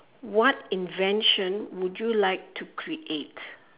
what invention would you like to create